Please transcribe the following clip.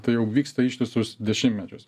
tai jau vyksta ištisus dešimtmečius